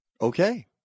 Okay